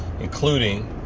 including